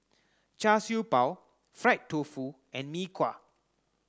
Char Siew Bao Fried Tofu and Mee Kuah